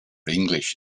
english